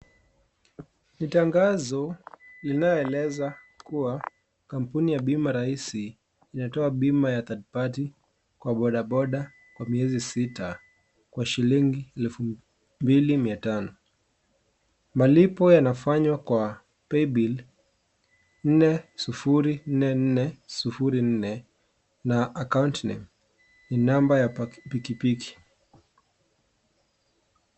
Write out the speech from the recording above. Ni tangazo linaloeleza kuwa kampuni ya bima rahisi inatoa bima ya Third party kwa boda boda kwa miezi sita kwa shilingi elfu mbili Mia tano. Malipo yanafanywa kwa paybill nne sufuri nne nne sufuri nne na Account name ni namba ya pikipiki.